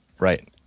Right